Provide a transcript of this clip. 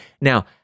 Now